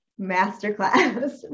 masterclass